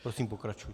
Prosím, pokračujte.